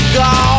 go